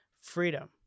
freedom